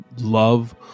love